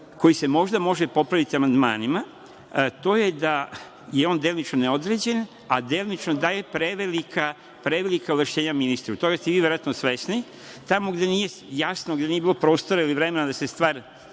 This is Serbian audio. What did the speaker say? koji se možda može popraviti amandmanima? To je da je on delimično neodređen, a delimično daje prevelika ovlašćenja ministru. Toga ste verovatno svesni. Tamo gde nije jasno, gde nije bilo prostora ili vremena da se stvar